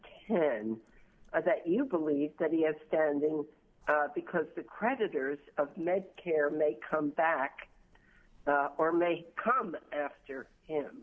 that you believe that he has standing because the creditors of medicare may come back or may come after him